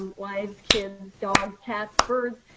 um wives, kids, dogs, cats, birds,